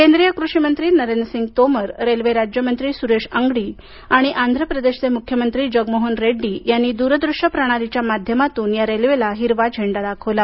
केंद्रीय कृषी मंत्री नरेंद्र सिंग तोमर रेल्वे राज्यमंत्री सुरेश अंगडी आणि आंघ्र प्रदेशचे मुख्यमंत्री जगमोहन रेड्डी यांनी दूरदृश्य प्रणालीच्या माध्यमातून या रेल्वेला हिरवा झेंडा दाखवला